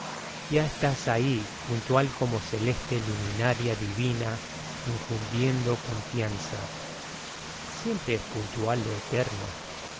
ya estás ahí puntual como celeste luminaria divina infundiendo confianza siempre es puntual lo eterno